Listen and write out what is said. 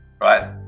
right